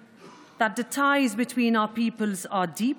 במקום שבו חשים את ההיסטוריה, את הייעוד,